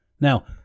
Now